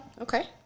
Okay